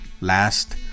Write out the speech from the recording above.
last